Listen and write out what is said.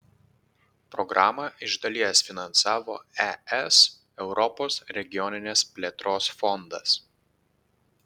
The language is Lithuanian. programą iš dalies finansavo es europos regioninės plėtros fondas